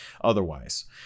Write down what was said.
otherwise